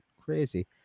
Crazy